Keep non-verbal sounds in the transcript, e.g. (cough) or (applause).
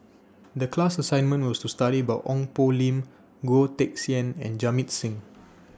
(noise) The class assignment was to study about Ong Poh Lim Goh Teck Sian and Jamit Singh (noise)